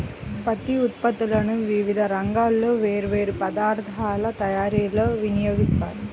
పత్తి ఉత్పత్తులను వివిధ రంగాల్లో వేర్వేరు పదార్ధాల తయారీలో వినియోగిస్తారు